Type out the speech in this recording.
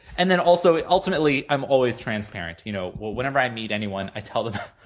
and then, also, ultimately, i'm always transparent. you know well, whenever i meet anyone, i tell them them